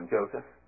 Joseph